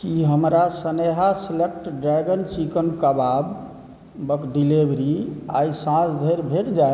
की हमरा Sneha select dragon chicken कबाबकऽ delivery आइ साँझ धरि भेट जायत